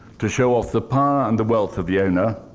to show off the power and the wealth of the owner,